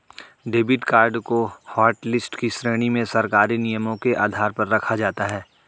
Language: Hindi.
डेबिड कार्ड को हाटलिस्ट की श्रेणी में सरकारी नियमों के आधार पर रखा जाता है